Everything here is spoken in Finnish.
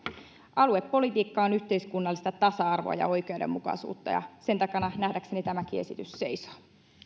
aluepolitiikka on yhteiskunnallista tasa arvoa ja oikeudenmukaisuutta ja sen takana nähdäkseni tämäkin esitys seisoo